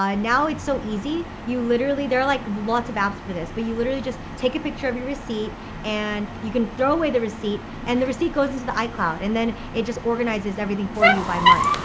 um now, it's so easy. you literally there are like lots of apps for this, but you literally just take a picture of your receipt and you can throw away the receipt and the receipt goes into the icloud and then it just organizes everything for you by month.